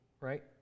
right